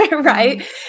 right